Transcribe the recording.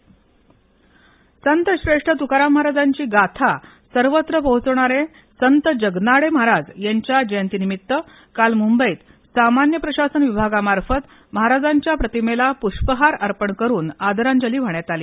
जयंती अकोलाअहमदनगर संतश्रेष्ठ तुकाराम महाराजांची गाथा सर्वत्र पोहचवणारे संत जगनाडे महाराज यांच्या जयंतीनिमित्त काल मुंबईत सामान्य प्रशासन विभागामार्फत महाराजांच्या प्रतिमेला पुष्पहार अर्पण करून आदरांजली वाहण्यात आली